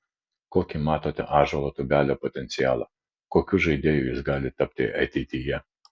kokį matote ąžuolo tubelio potencialą kokiu žaidėju jis gali tapti ateityje